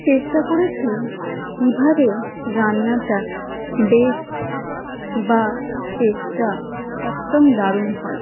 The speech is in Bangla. চেষ্টা করেছি কীভাবে রান্নাটা বেস্ট বা টেস্টটা একদম দারুণ হয়